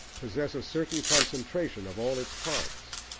possess a certain concentration of all its parts,